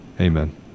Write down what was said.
Amen